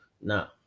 now